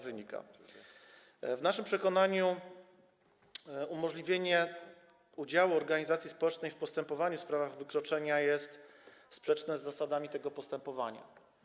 W naszym przekonaniu umożliwienie udziału organizacji społecznej w postępowaniu w sprawach o wykroczenia jest sprzeczne z zasadami tego postępowania.